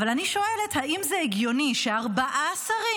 אבל אני שואלת: האם זה הגיוני שארבעה שרים